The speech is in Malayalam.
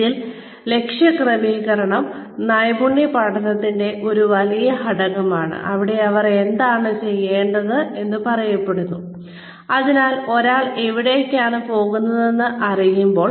ഇതിൽ ലക്ഷ്യ ക്രമീകരണം നൈപുണ്യ പഠനത്തിന്റെ ഒരു വലിയ ഘടകമാണ് അവിടെ അവർ എന്താണ് ചെയ്യേണ്ടതെന്ന് പറയപ്പെടുന്നു അതിനാൽ ഒരാൾ എവിടേക്കാണ് പോകുന്നതെന്ന് അറിയുമ്പോൾ